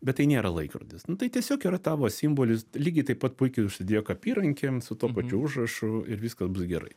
bet tai nėra laikrodis nu tai tiesiog yra tavo simbolis lygiai taip pat puikiai užsidėk apyrankę su tuo pačiu užrašu ir viskas bus gerai